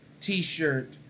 t-shirt